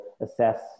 assess